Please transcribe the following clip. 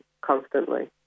constantly